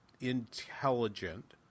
intelligent